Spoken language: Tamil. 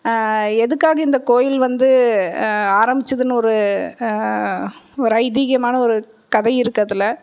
எதுக்காக இந்த கோயில் வந்து ஆரம்மிச்சிதுனு ஒரு ஒரு ஐதீகமான ஒரு கதை இருக்குது அதில்